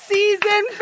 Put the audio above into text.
Season